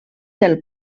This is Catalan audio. del